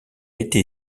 été